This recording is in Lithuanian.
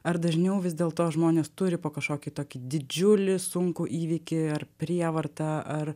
ar dažniau vis dėl to žmonės turi po kažkokį tokį didžiulį sunkų įvykį ar prievarta ar